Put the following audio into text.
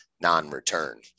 non-return